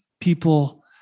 people